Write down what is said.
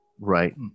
Right